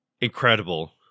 incredible